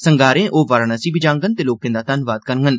संगारें ओ वाराणसी बी जांगन ते लोकें दा धन्नवाद करंगन